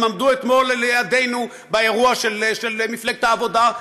הם עמדו אתמול לידינו באירוע של מפלגת העבודה,